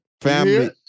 Family